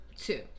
two